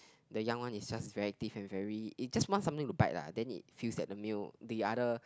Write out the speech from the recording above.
the young one is just very diff and very it just want something to bite lah then it feels that the male the other